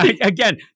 again